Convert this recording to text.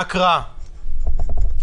הקראה.